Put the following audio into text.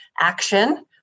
action